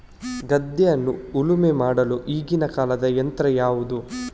ಗದ್ದೆಯನ್ನು ಉಳುಮೆ ಮಾಡಲು ಈಗಿನ ಕಾಲದ ಯಂತ್ರ ಯಾವುದು?